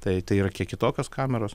tai tai yra kiek kitokios kameros